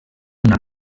una